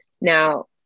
Now